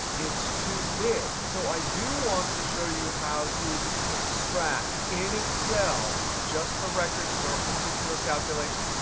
it's too big. so i do want to show you how to extract in excel just the records for a particular calculation.